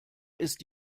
ist